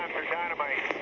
dynamite.